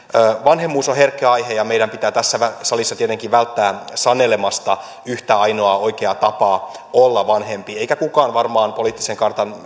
vanhemmuus on herkkä aihe ja meidän pitää tässä salissa tietenkin välttää sanelemasta yhtä ainoaa oikeaa tapaa olla vanhempi eikä kukaan varmaan poliittisen kartan